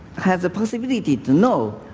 has a possibility to know